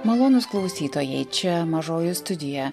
malonūs klausytojai čia mažoji studija